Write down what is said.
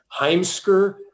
Heimsker